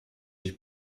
ich